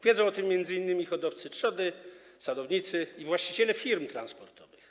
Wiedzą o tym m.in. hodowcy trzody, sadownicy i właściciele firm transportowych.